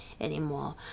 anymore